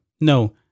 No